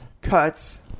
cuts